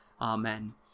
Amen